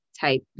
type